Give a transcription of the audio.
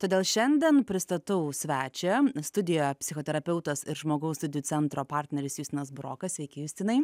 todėl šiandien pristatau svečią studijoje psichoterapeutas ir žmogaus studijų centro partneris justinas burokas sveiki justinai